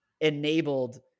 enabled